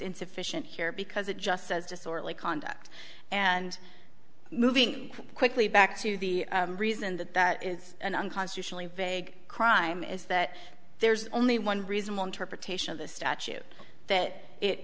insufficient here because it just says disorderly conduct and moving quickly back to the reason that that is an unconstitutionally vague crime is that there's only one reason the interpretation of the statute that it